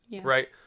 right